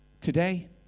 today